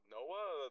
Noah